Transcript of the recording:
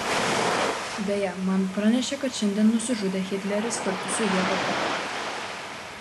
beje man pranešė kad šiandien nusižudė hitleris kartu su ieva braun